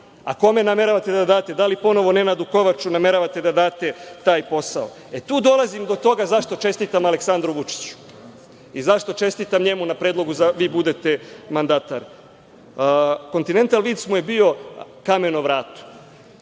Kome nameravate da date, da li ponovo Nenadu Kovaču nameravate da date taj posao?E, tu dolazim do toga zašto čestitam Aleksandru Vučiću i zašto čestitam njemu na predlogu da vi budete mandatar. „Kontinental vinc“ mu je bio kamen o vratu.